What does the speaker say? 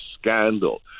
scandal